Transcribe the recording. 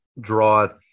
draw